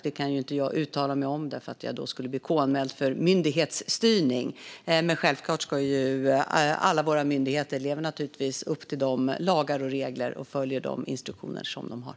Det kan jag inte uttala mig om, för då skulle jag bli KU-anmäld för myndighetsstyrning. Men givetvis ska alla våra myndigheter efterleva lagar och regler och följa de instruktioner de har.